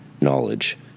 knowledge